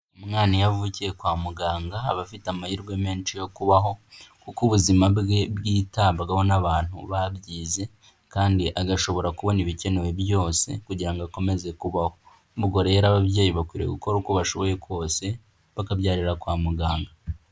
Umwana iyo avukiye kwa muganga aba afite amahirwe menshi yo kubaho kuko ubuzima bwe bwitabwagaho n'abantu babyize kandi agashobora kubona ibikenewe byose kugira ngo akomeze kubaho, ubwo rero ababyeyi bakwiye gukora uko bashoboye kose bakabyarira kwa muganga.